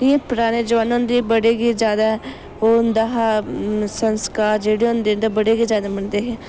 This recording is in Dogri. एह् पराने जमाने होंदे हे बड़े गै ज्यादा ओह् होंदा हा संस्कार जेह्ड़े होंदे हे ते बड़े गै ज्यादा मनदे हे